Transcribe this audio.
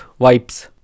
Wipes